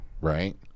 right